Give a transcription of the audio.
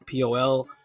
pol